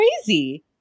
crazy